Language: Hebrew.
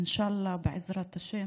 אינשאללה, בעזרת השם.